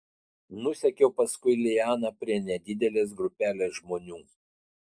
nusekiau paskui lianą prie nedidelės grupelės žmonių